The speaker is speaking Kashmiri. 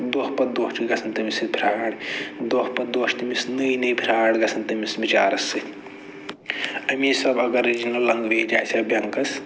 دۄہ پَتہٕ دۄہ چھِ گژھان تٔمِس سۭتۍ فرٛاڈ دۄہ پَتہٕ دۄہ چھِ تٔمِس نٔے نٔے فرٛاڈ گژھان تٔمِس بِچارَس سۭتۍ اَمی حِسابہٕ اَگر اَسہِ رِجنَل لنگویج آسہِ ہہ بیٚنکَس